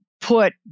put